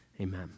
amen